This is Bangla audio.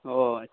ও